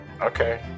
Okay